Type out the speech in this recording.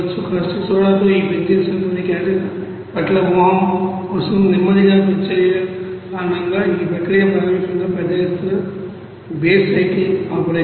caustic సోడాతో ఈ benzene sulphonic acid పట్ల మోహం కోసం నెమ్మదిగా ప్రతిచర్యల కారణంగా ఈ ప్రక్రియ ప్రాథమికంగా పెద్ద ఎత్తున బేస్ సైకిల్ ఆపరేషన్